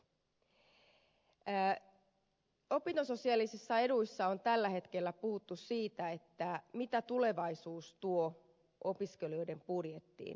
opintososiaalisia etuja koskien on viime aikoina puhuttu siitä mitä tulevaisuus tuo opiskelijoiden budjettiin